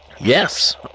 yes